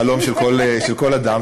חלום של כל אדם,